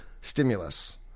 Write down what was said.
stimulus